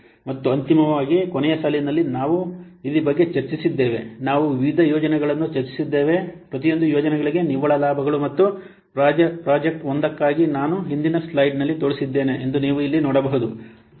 ಮತ್ತು ಅಂತಿಮವಾಗಿ ಕೊನೆಯ ಸಾಲಿನಲ್ಲಿ ನಾವು ಈ ಬಗ್ಗೆ ಚರ್ಚಿಸಿದ್ದೇವೆ ನಾವು ವಿವಿಧ ಯೋಜನೆಗಳನ್ನು ಚರ್ಚಿಸಿದ್ದೇವೆ ಪ್ರತಿಯೊಂದು ಯೋಜನೆಗಳಿಗೆ ನಿವ್ವಳ ಲಾಭಗಳು ಮತ್ತು ಪ್ರಾಜೆಕ್ಟ್ 1 ಗಾಗಿ ನಾನು ಹಿಂದಿನ ಸ್ಲೈಡ್ನಲ್ಲಿ ತೋರಿಸಿದ್ದೇನೆ ಎಂದು ನೀವು ಇಲ್ಲಿ ನೋಡಬಹುದು